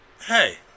Hey